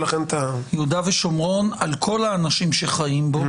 יהודה ושומרון על כל האנשים שחיים בו.